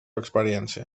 experiència